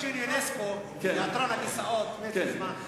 יוג'ין יונסקו, הכיסאות, מת מזמן.